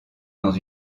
dans